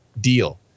deal